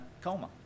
coma